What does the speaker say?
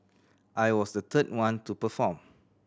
I was the third one to perform